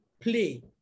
play